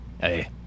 Hey